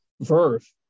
Verve